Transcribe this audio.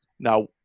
Now